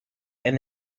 and